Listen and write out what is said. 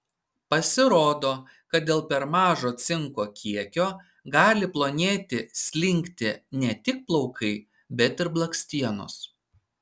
pasirodo kad dėl per mažo cinko kiekio gali plonėti slinkti ne tik plaukai bet ir blakstienos